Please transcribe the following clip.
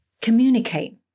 communicate